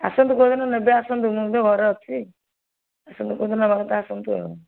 ଆସନ୍ତୁ କେଉଁଦିନ ନେବେ ଆସନ୍ତୁ ମୁଁ ତ ଘରେ ଅଛି ଆସନ୍ତୁ କେଉଁ ଦିନ ନେବା କଥା ଆସନ୍ତୁ ଆଉ